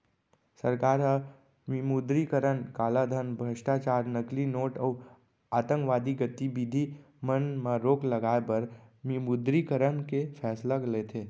सरकार ह विमुद्रीकरन कालाधन, भस्टाचार, नकली नोट अउ आंतकवादी गतिबिधि मन म रोक लगाए बर विमुद्रीकरन के फैसला लेथे